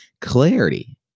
clarity